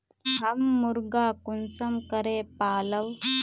हम मुर्गा कुंसम करे पालव?